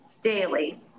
daily